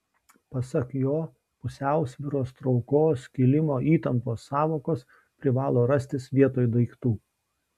pasak jo pusiausvyros traukos kilimo įtampos sąvokos privalo rastis vietoj daiktų